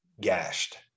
gashed